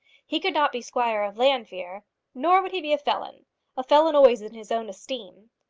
he could not be squire of llanfeare nor would he be a felon a felon always in his own esteem.